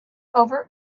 over